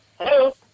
Hello